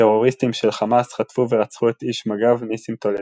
טרוריסטים של חמאס חטפו ורצחו את איש מג"ב נסים טולדנו.